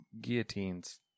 guillotines